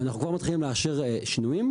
ואנחנו כבר מתחילים אשר שיוניים.